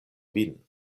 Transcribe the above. vin